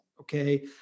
Okay